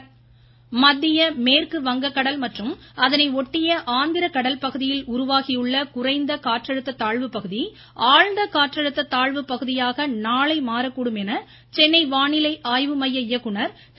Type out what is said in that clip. வானிலை மத்திய மேற்கு வங்கக்கடல் மற்றும் அதனை ஒட்டிய ஆந்திர கடல் பகுதியில் உருவாகியுள்ள காற்றழுத்த தாழ்வு பகுதி ஆழ்ந்த காற்றழுத்த தாழ்வு பகுதியாக நாளை மாறக்கூடும் என சென்னை வானிலை ஆய்வு மைய இயக்குநா் திரு